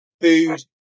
food